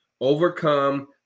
Overcome